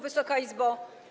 Wysoka Izbo!